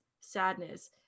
sadness